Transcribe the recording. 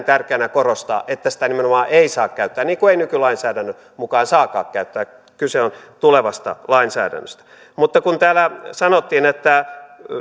tärkeänä korostaa että sitä nimenomaan ei saa käyttää niin kuin ei nykylainsäädännön mukaan saakaan käyttää kyse on tulevasta lainsäädännöstä mutta kun täällä sanottiin että